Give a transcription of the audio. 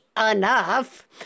enough